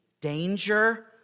danger